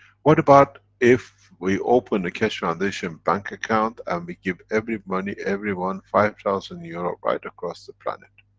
what about if we open the keshe foundation bank account, and we give every money, everyone five thousand euro right across the planet?